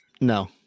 No